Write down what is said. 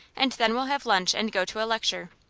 and then we'll have lunch and go to a lecture.